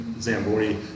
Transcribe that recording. Zamboni